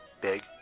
big